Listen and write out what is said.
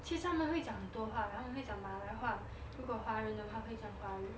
其实他们会讲很多话他们会讲马来话如果华人的话可以讲华语